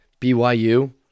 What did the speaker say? BYU